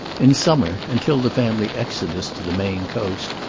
in summer, until the family exodus to the maine coast,